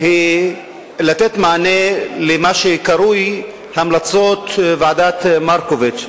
היא לתת מענה למה שקרוי המלצות ועדת-מרקוביץ,